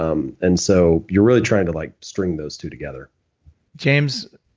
um and so you're really trying to like string those two together james,